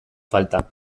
falta